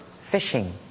fishing